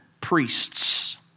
priests